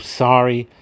sorry